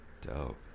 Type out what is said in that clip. Dope